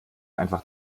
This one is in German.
einfach